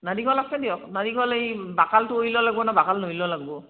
নাৰিকল আছে দিয়ক নাৰিকল এই বাকালটো ওলোৱা লাগিব নে বাকাল নুলোৱা লাগিব